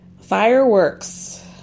fireworks